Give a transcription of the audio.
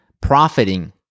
profiting